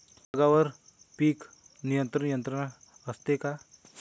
विभागवार पीक नियंत्रण यंत्रणा असते का?